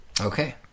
Okay